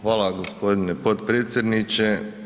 Hvala gospodine potpredsjedniče.